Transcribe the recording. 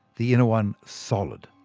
the inner one solid.